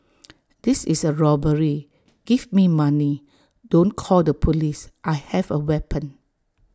this is A robbery give me money don't call the Police I have A weapon